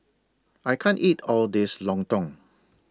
I can't eat All This Lontong